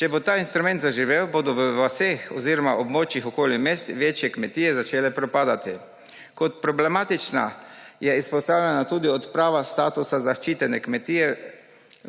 Če bo ta instrument zaživel, bodo v vaseh oziroma območjih okoli mest večje kmetije začele propadati. Kot problematična je izpostavljena tudi odprava statusa zaščitene kmetije